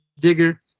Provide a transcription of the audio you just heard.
digger